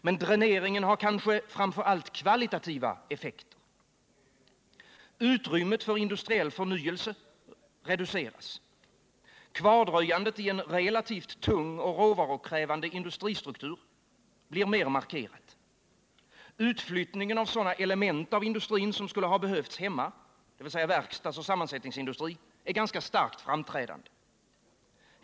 Men dräneringen har kanske framför allt kvalitativa effekter. Utrymmet för industriell förnyelse reduceras. Kvardröjandet i en relativt tung och råvarukrävande industristruktur blir mer markerat. Utflyttningen av sådana element av industrin som skulle ha behövts hemma — verkstadsoch sammansättningsindustri — är starkt framträdande.